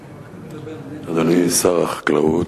היושב-ראש, אדוני שר החקלאות,